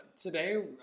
today